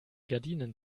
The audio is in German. gardinen